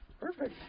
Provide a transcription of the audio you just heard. perfect